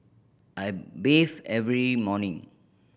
I bathe every morning